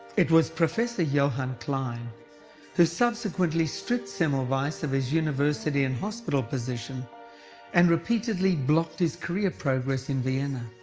it was professor johann klein who subsequently stripped semmelweis of his university and hospital position and repeatedly blocked his career progress in vienna.